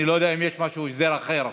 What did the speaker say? אני לא יודע אם יש משהו, הסדר אחר עכשיו.